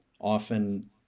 often